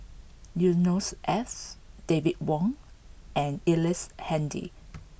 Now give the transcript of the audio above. Yusnor Ef David Wong and Ellice Handy